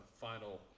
final